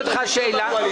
יש כל מיני חסמים,